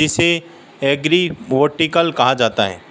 जिसे एग्रिवोल्टिक कहा जाता है